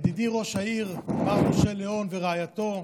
ידידי ראש העיר מר משה ליאון ורעייתו,